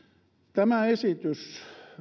tämä esitys